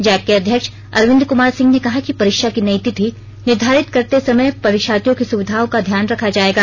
Jack के अध्यक्ष अरविंद कुमार सिंह ने कहा कि परीक्षा की नई तिथि निर्धारित करते समय परीक्षार्थियों की सुविधा का ध्यान रखा जायेगा